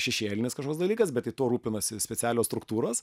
šešėlinis kažkoks dalykas bet tai tuo rūpinasi specialios struktūros